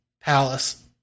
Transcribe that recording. Palace